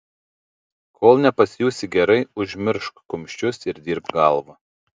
kol nepasijusi gerai užmiršk kumščius ir dirbk galva